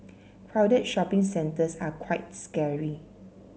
crowded shopping centres are quite scary